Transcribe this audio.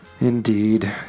Indeed